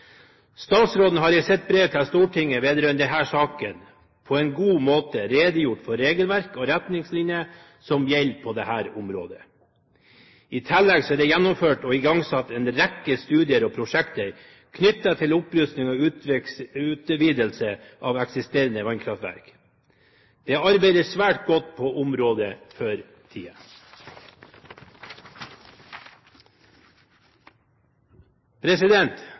Statsråden har i sitt brev til Stortinget vedrørende denne saken på en god måte redegjort for regelverk og retningslinjer som gjelder på dette området. I tillegg er det gjennomført og igangsatt en rekke studier og prosjekter knyttet til opprusting og utvidelse av eksisterende vannkraftverk. Det arbeides svært godt på området